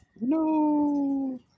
No